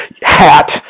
hat